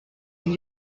and